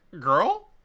girl